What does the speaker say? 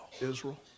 Israel